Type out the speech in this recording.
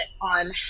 on